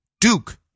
Duke